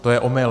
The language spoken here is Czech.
To je omyl.